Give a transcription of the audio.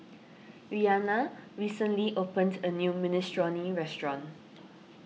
Reanna recently opened a new Minestrone restaurant